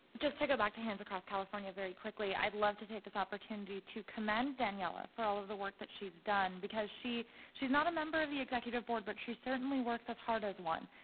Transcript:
just to go back to hands across california very quickly. i'd love to take this opportunity to commend daniela for all of the work that she's done because she she's not a member of the executive board but she certainly works as hard as one.